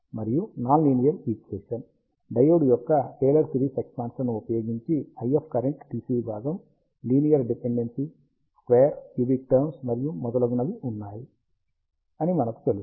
మరియు non linear equation diode యొక్క Taylor series expansion ని ఉపయోగించి IF కరెంట్ DC భాగం linear dependency square cubic terms మరియు మొదలైనవి కలిగి ఉంటుందని మనకు తెలుసు